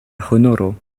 honoro